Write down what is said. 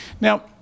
Now